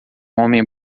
homem